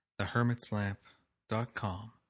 thehermitslamp.com